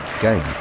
game